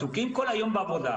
שעסוקים כל היום בעבודה,